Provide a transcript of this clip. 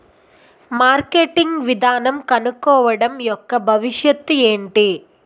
Marketing విధానం కనుక్కోవడం యెక్క భవిష్యత్ ఏంటి?